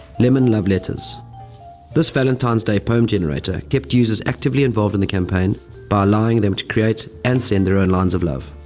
lemon love letters this valentine's day poem generator kept users actively involved in the campaign by allowing them create and send their own lines of love.